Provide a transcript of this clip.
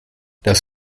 das